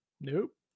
nope